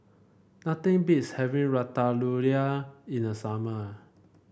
nothing beats having Ratatouille in the summer